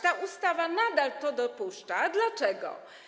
Ta ustawa nadal to dopuszcza, a dlaczego?